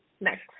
next